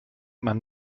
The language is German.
man